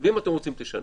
ואם אתם רוצים תשנו.